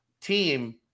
team